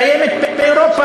קיימת באירופה,